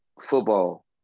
football